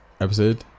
Episode